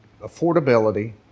affordability